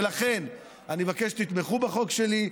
ולכן אני מבקש שתתמכו בחוק שלי,